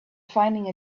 finding